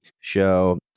show